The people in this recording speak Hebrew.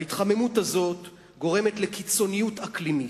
ההתחממות הזו גורמת לקיצוניות אקלימית.